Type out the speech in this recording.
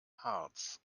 harz